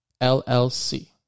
LLC